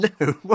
No